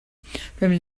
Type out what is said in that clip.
from